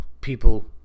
people